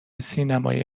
سینمای